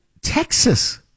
Texas